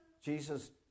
Jesus